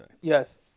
Yes